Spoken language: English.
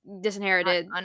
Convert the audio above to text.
Disinherited